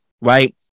right